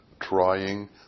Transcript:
trying